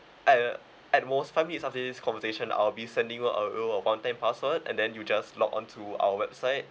at uh at most five minutes after this conversation I'll be sending you a one time password and then you just log on to our website